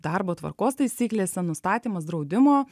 darbo tvarkos taisyklėse nustatymas draudimo